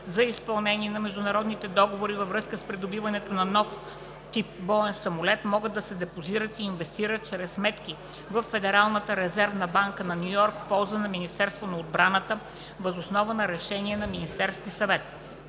за изпълнение на международните договори във връзка с придобиването на нов тип боен самолет могат да се депозират и инвестират чрез сметки във Федералната резервна банка на Ню Йорк в полза на Министерството на отбраната въз основа на решение на Министерския съвет.